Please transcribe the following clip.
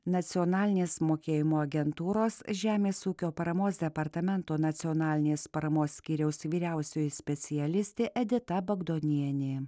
nacionalinės mokėjimo agentūros žemės ūkio paramos departamento nacionalinės paramos skyriaus vyriausioji specialistė edita bagdonienė